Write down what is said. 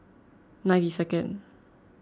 ninety second